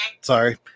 Sorry